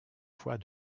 fois